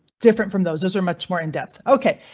different from those. those are much more in depth. ok,